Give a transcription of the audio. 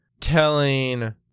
telling